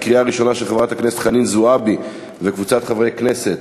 של חברת הכנסת חנין זועבי וקבוצת חברי הכנסת,